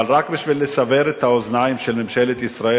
אבל רק כדי לסבר את האוזניים של ממשלת ישראל,